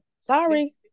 Sorry